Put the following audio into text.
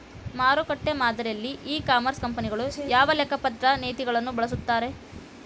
ಮಾರುಕಟ್ಟೆ ಮಾದರಿಯಲ್ಲಿ e commerce ಕಂಪನಿಗಳು ಯಾವ ಲೆಕ್ಕಪತ್ರ ನೇತಿಗಳನ್ನ ಬಳಸುತ್ತಾರಿ?